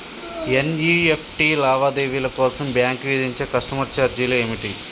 NEFT లావాదేవీల కోసం bank విధించే కస్టమర్ ఛార్జీలు ఏమిటి?